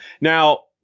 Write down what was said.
Now